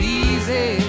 easy